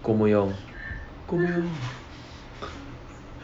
koh mun yeong